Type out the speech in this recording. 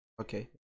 Okay